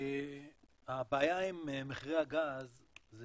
הבעיה עם מחירי הגז זה